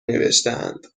نوشتهاند